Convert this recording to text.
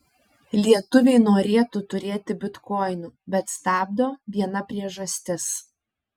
lietuviai norėtų turėti bitkoinų bet stabdo viena priežastis